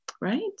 right